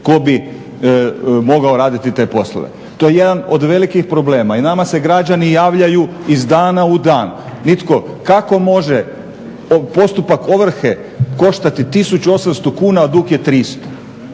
tko bi mogao raditi te poslove. To je jedan od velikih problema i nama se građani javljaju iz dana u dan. Kako može postupak ovrhe koštati 1800 kuna, a dug je 300?